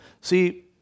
See